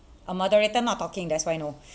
a moderator not talking that's why no